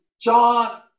John